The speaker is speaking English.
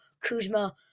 Kuzma